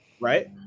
Right